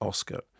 Oscar